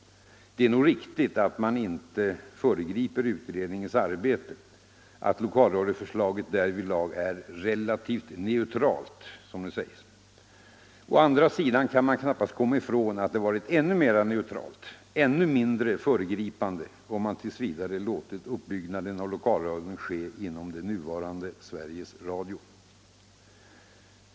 Det är nog riktigt att man inte föregriper utredningens arbete, att lokalradioförslaget därvidlag är ”relativt neutralt”, som det sägs. Å andra sidan kan man knappast komma ifrån att det varit ännu mera neutralt, ännu mindre föregripande, om man tills vidare låtit uppbyggnaden av lokalradion ske inom det nuvarande Sveriges Radio.